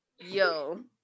Yo